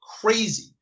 crazy